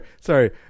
sorry